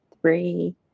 three